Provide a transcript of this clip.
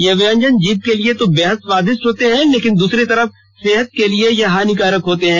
ये व्यंजन जीभ के लिए बेहद स्वादिष्ट होता है लेकिन वहीं दूसरी तरफ सेहत के लिए यह हानिकारक होते हैं